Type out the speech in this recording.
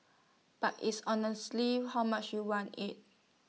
but it's honestly how much you want IT